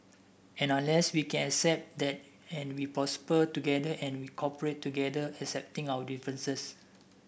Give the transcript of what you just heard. and unless we can accept that and we prosper together and we cooperate together accepting our differences